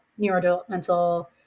neurodevelopmental